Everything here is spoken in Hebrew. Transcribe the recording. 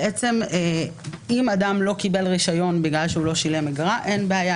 אם אדם לא קיבל רישיון בגלל שהוא לא שילם אגרה אין בעיה,